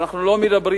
אנחנו לא מדברים,